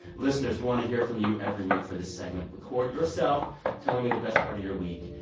listeners, we want to hear from you every week for this segment. record yourself telling me the best part of your week.